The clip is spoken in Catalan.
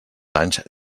anys